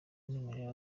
w’umwimerere